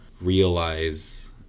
realize